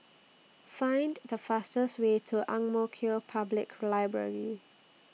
Find The fastest Way to Ang Mo Kio Public Library